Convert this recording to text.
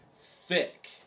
thick